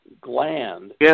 gland